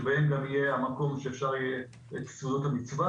שבהם גם יהיה המקום שאפשר יהיה לעשות את סעודות המצווה,